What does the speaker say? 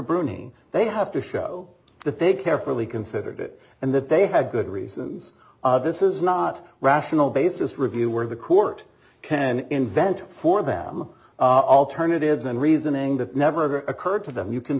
bruni they have to show that they carefully considered it and that they had good reasons this is not rational basis review where the court can invent for them alternatives and reasoning that never occurred to them you can